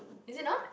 is it not